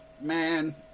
Man